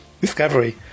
discovery